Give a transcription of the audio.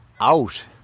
Out